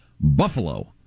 Buffalo